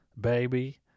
Baby